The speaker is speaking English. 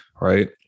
right